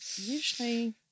usually